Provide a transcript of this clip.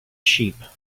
sheep